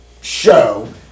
show